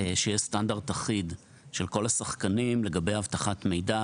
שיהיה סטנדרט אחיד של כל השחקנים לגבי אבטחת מידע?